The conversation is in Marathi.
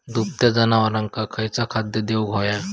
दुभत्या जनावरांका खयचा खाद्य देऊक व्हया?